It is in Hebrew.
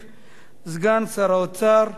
8738,